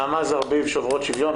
נעמה זרביב, שוברות שוויון.